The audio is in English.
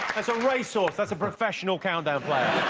that's a racehorse that's a professional countdown player